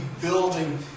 building